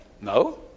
No